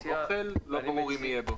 אוכל לא ברור אם יהיה בו.